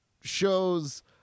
shows